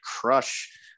crush